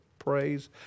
Praise